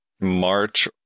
March